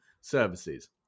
services